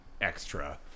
extra